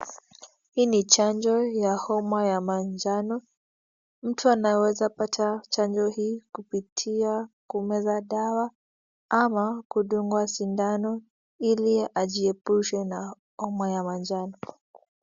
Hii ni chanjo ya homa ya manjano, mtu anaweza pata chanjo hii kupitia kumeza dawa ama kudungwa sindano ili ajiepushe na homa ya manjano.